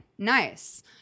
Nice